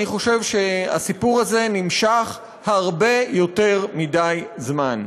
אני חושב שהסיפור הזה נמשך הרבה יותר מדי זמן,